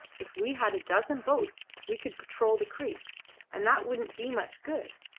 if we had a dozen boats we could patrol the creeks and that wouldn't be much good.